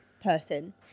person